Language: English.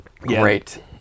great